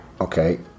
Okay